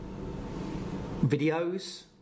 videos